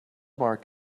mark